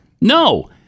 No